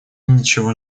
ничего